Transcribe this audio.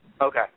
Okay